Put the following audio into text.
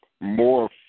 more